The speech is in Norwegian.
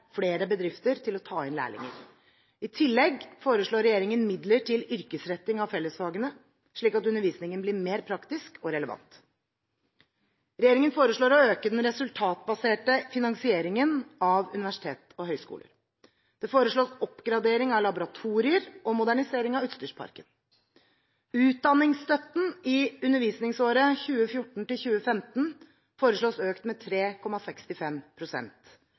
flere bedrifter til å ta inn lærlinger. I tillegg foreslår regjeringen midler til yrkesretting av fellesfagene, slik at undervisningen blir mer praktisk og relevant. Regjeringen foreslår å øke den resultatbaserte finansieringen av universitetene og høyskolene. Det foreslås oppgradering av laboratorier og modernisering av utstyrsparken. Utdanningsstøtten i undervisningsåret 2014–2015 foreslås økt med